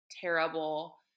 terrible